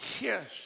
Yes